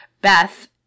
Beth